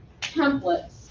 templates